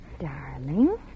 Darling